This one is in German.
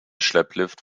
schlepplift